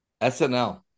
SNL